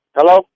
Hello